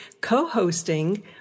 co-hosting